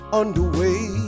underway